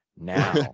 Now